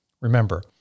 Remember